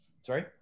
Sorry